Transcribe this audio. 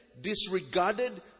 disregarded